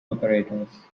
operators